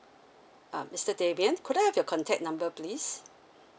um mister demian could I have your contact number please